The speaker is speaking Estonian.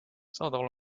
saadaval